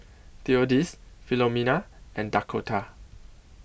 Theodis Filomena and Dakotah